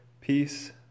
peace